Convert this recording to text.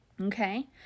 Okay